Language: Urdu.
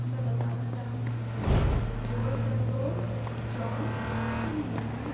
میں بتانا چاہوں گی جول سرتو جون تملر مین